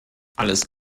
alles